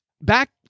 back